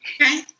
Okay